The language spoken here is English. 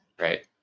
right